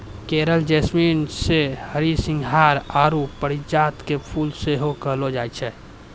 coral jasmine के हरसिंहार आरु परिजात के फुल सेहो कहलो जाय छै